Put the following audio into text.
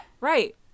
Right